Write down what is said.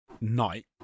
night